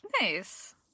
nice